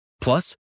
Plus